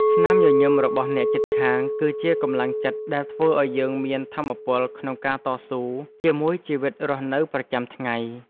ស្នាមញញឹមរបស់អ្នកជិតខាង គឺជាកម្លាំងចិត្តដែលធ្វើឱ្យយើងមានថាមពលក្នុងការតស៊ូជាមួយជីវិតរស់នៅប្រចាំថ្ងៃ។